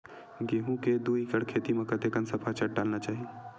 गेहूं के दू एकड़ खेती म कतेकन सफाचट डालना चाहि?